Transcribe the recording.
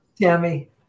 Tammy